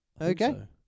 Okay